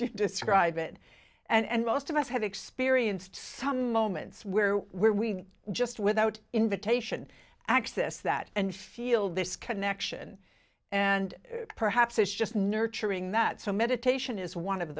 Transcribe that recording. to describe it and most of us have experienced some moments where where we just without invitation access that and feel this connection and perhaps it's just nurturing that so meditation is one of